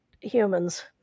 humans